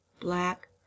black